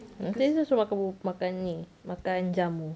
nanti mesti dia suruh makan ni makan jamu